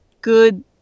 good